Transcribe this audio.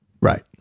Right